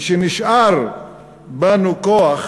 אמרתי שנשאר בנו כוח